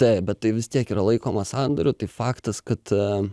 taip bet tai vis tiek yra laikoma sandoriu tai faktas kad